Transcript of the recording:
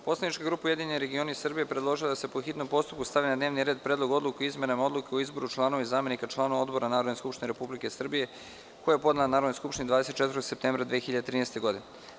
Poslanička grupa Ujedinjeni regioni Srbije je predložila da se po hitnom postupku stavi na dnevni red Predlog Odluke o izmenama odluke o izboru članova i zamenika članova OdboraNarodne skupštine Republike Srbije, koji je podnela Narodnoj skupštini 24. septembra 2013. godine.